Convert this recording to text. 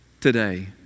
today